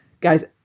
guys